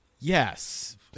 Yes